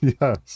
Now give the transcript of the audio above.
Yes